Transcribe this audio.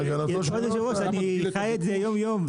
היושב-ראש, אני חי את זה יום-יום.